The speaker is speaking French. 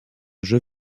jeu